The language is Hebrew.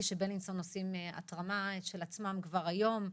שבית חולים בלינסון עושים התרמה בעצמם כבר היום,